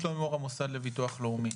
מהמוסד לביטוח לאומי.